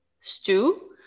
stew